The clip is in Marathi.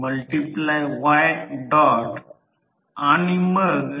तर I2 I2 N2N1 असेल कारण N1 I2 N2 I2